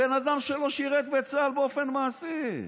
בן אדם שלא שירת בצה"ל באופן מעשי,